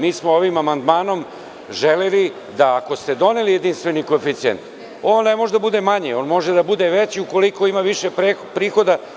Mi smo ovim amandmanom želeli, ako ste doneli jedinstveni koeficijent, on ne može da bude manji, on može da bude veći ukoliko ima više prihoda.